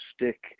stick